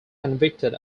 convicted